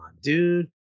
dude